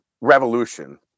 revolution